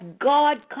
God